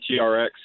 TRX